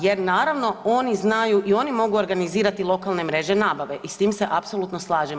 Jer naravno oni znaju i oni mogu organizirati lokalne mreže nabave i s tim se apsolutno slažem.